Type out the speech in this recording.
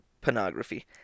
pornography